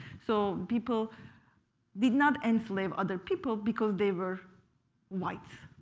so people did not enslave other people because they were white.